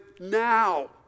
now